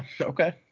okay